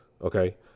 okay